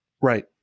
Right